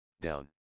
down